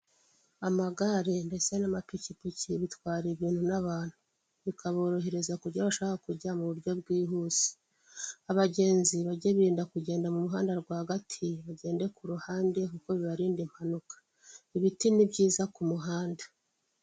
Amagare ndetse n'amapikipiki bitwara ibintu n'abantu, bikaborohereza kugera aho bashaka kujya mu buryo bwihuse, abagenzi bajye birinda kugenda mu muhanda rwagati, bagende ku ruhande kuko bibarinda impanuka. Ibiti ni byiza ku muhanda.